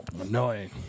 Annoying